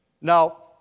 Now